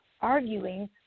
arguing